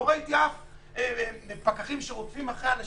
לא ראיתי פקחים שרודפים אחרי אנשים,